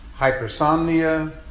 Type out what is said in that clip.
hypersomnia